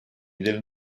del